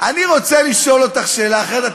אני רוצה לשאול אותך שאלה אחרת.